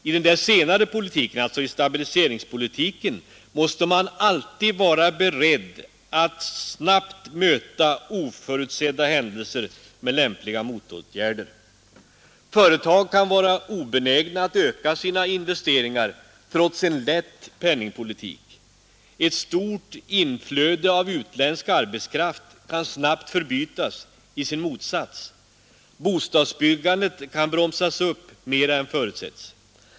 I den senare politiken måste man alltid vara beredd på att snabbt möta oförutsedda händelser med lämpliga motåtgärder. Företag kan vara obenägna att öka sina investeringar trots en lätt penningpolitik. Ett stort inflöde av utländsk arbetskraft kan snabbt förbytas i sin motsats Bostadsbyggandet kan bromsas upp mera än vad som förutsatts.